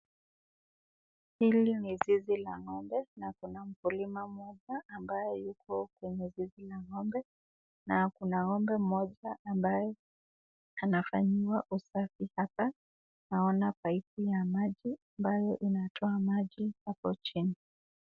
Hili ni zizi la ng'ombe na kuna mkulima mmoja ambaye yuko kwenye zizi la ng'ombe na kuna ng'ombe mmoja anafanyiwa usafi hapa, naona paipu ya maji ambayo inatoa maji hapo chini.